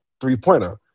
three-pointer